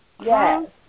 Yes